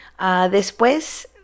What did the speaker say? después